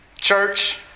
Church